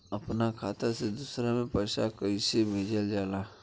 अपना खाता से दूसरा में पैसा कईसे भेजल जाला?